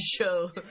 show